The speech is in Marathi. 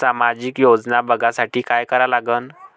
सामाजिक योजना बघासाठी का करा लागन?